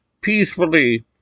peacefully